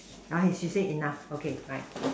ah she say enough okay bye